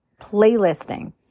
playlisting